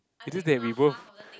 is just that we both